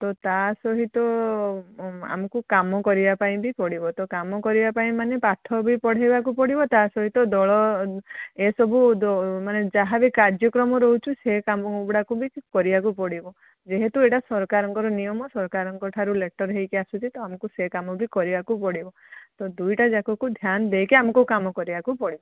ହଁ ତ ତା ସହିତ ଆମକୁ କାମ କରିବାପାଇଁ ବି ପଡ଼ିବ ତ କାମ କରିବାପାଇଁ ମାନେ ପାଠବି ପଢ଼େଇବାକୁ ପଡ଼ିବ ତା ସହିତ ଦଳ ଏସବୁ ମାନେ ଯାହାବି କାର୍ଯ୍ୟକ୍ରମ ରହୁଛୁ ସେ କାମଗୁଡ଼ାକ ବି କରିବାକୁ ପଡ଼ିବ ଯେହେତୁ ଏଟା ସରକାରଙ୍କର ନିୟମ ସରକାରଙ୍କଠାରୁ ଲେଟର୍ ହେଇକି ଆସୁଛି ତ ଆମକୁ ସେ କାମବି କରିବାକୁ ପଡ଼ିବ ତ ଦୁଇଟାଯାକକୁ ଧ୍ୟାନଦେଇକି ଆମକୁ କାମ କରିବାକୁ ପଡ଼ିବ